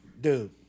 Dude